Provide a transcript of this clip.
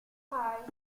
high